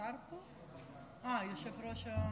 סליחה, היושב-ראש,